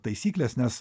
taisykles nes